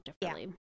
differently